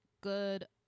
Good